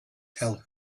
tell